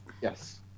Yes